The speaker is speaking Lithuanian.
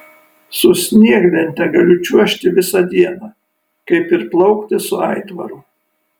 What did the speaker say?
su snieglente galiu čiuožti visą dieną kaip ir plaukti su aitvaru